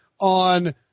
on